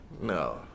No